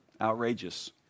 Outrageous